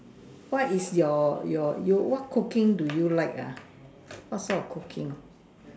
what is your your what cooking do you like ah what sort of cooking